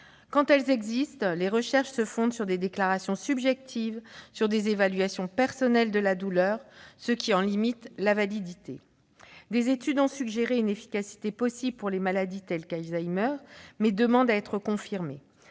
Quand elles existent, les recherches se fondent sur des déclarations subjectives, sur des évaluations personnelles de la douleur, ce qui en limite la validité. Certains travaux ont suggéré une efficacité possible pour les maladies telle que la maladie d'Alzheimer, mais ils demandent à être confirmés.